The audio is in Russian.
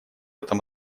этом